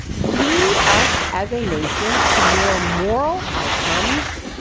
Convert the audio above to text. lead us as a nation to more moral outcomes